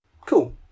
Cool